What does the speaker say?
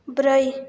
ब्रै